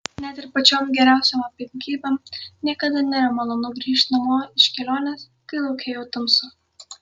net ir pačiom geriausiom aplinkybėm niekada nėra malonu grįžt namo iš kelionės kai lauke jau tamsu